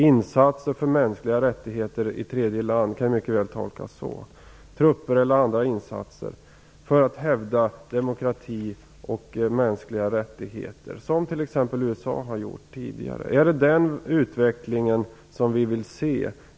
Insatser för mänskliga rättigheter i tredje land kan mycket väl tolkas så, dvs. trupper eller andra insatser för att hävda demokrati och mänskliga rättigheter, vilket t.ex. USA har gjort tidigare. Är det vi vill se?